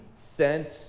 sent